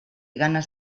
ganes